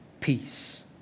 peace